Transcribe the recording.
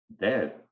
dead